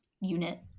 unit